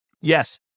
Yes